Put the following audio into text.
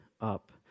up